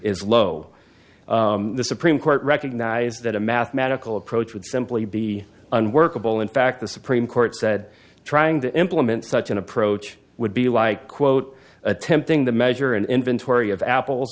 is low the supreme court recognized that a mathematical approach would simply be unworkable in fact the supreme court said trying to implement such an approach would be like quote attempting to measure an inventory of apple